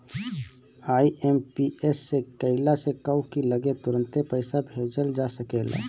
IMPS से कइला से कहू की लगे तुरंते पईसा भेजल जा सकेला